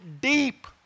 deep